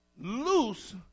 loose